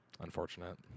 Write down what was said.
Unfortunate